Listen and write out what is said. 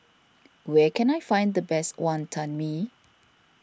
where can I find the best Wonton Mee